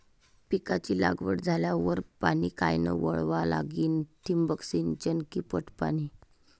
पिकाची लागवड झाल्यावर पाणी कायनं वळवा लागीन? ठिबक सिंचन की पट पाणी?